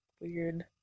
weird